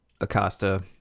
acosta